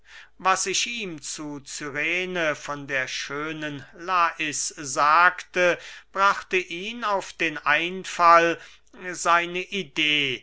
was ich ihm zu cyrene von der schönen lais sagte brachte ihn auf den einfall seine idee